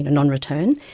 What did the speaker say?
non-return,